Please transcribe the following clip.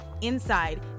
inside